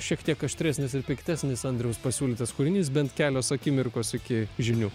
šiek tiek aštresnis ir piktesnis andriaus pasiūlytas kūrinys bent kelios akimirkos iki žinių